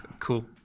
Cool